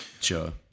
Sure